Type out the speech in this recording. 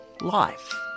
life